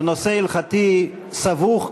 זה נושא הלכתי סבוך,